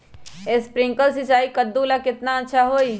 Sprinkler सिंचाई कददु ला केतना अच्छा होई?